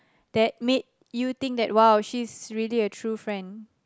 that made you think that !wow! she is really a true friend